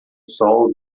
sol